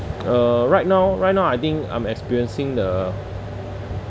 uh right now right now I think I'm experiencing the